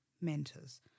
mentors